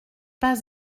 pas